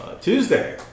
Tuesday